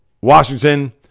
Washington